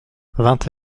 vingt